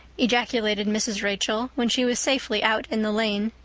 ejaculated mrs. rachel when she was safely out in the lane.